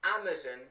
Amazon